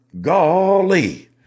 golly